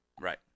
Right